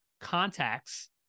contacts